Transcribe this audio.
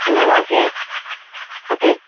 ம் okay okay